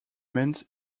meant